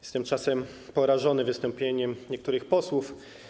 Jestem czasem porażony wystąpieniami niektórych posłów.